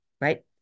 right